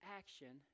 action